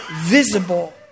visible